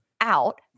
out